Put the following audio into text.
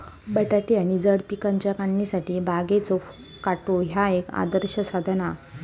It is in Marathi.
बटाटे आणि जड पिकांच्या काढणीसाठी बागेचो काटो ह्या एक आदर्श साधन हा